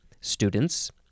Students